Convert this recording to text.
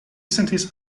sentis